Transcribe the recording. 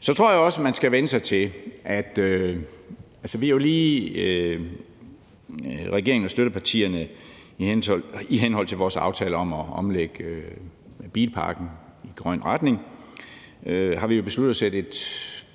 Så tror jeg også, man skal vænne sig til betaling, for regeringen og støttepartierne har jo lige i henhold til vores aftale om at omlægge bilparken i en grøn retning besluttet at sætte et